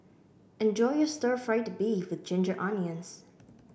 enjoy your Stir Fried Beef with Ginger Onions